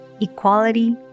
equality